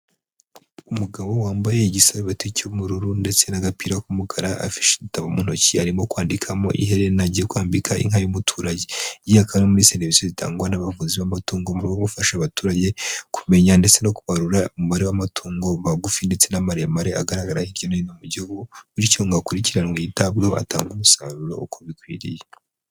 Umugabo wambaye igisarubeti cy'ubururu ndetse n'agapira k'umukara afashe igitabo mu ntoki arimo kwandikamo iherena agiye kwambika inka y'umuturage. Iyi akaba ari imwe muri serivisi zitangwa n'abavuzi b'amatungo mu rwego rwo gufasha abaturage kumenya ndetse no kubarura umubare w'amatungo magufi ndetse n'amaremare agaragara hirya no hino mu Gihugu, bityo ngo akurikiranwe yitabwaho atange umusaruro uko bikwiriye.